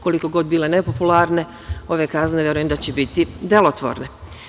Koliko god bile nepopularne, ove kazne, verujem da će biti delotvorne.